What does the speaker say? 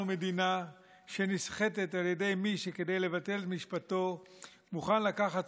אנחנו מדינה שנסחטת על ידי מי שכדי לבטל משפטו מוכן לקחת